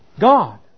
God